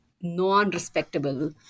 non-respectable